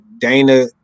Dana